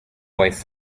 wife